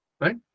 Right